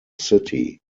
city